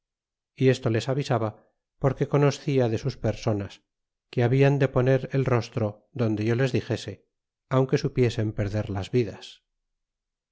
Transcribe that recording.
y esto les avisaba porque conoscia de sus personas que habían de poner el rostro donde yo les dixese aunque supiesen perder las vidas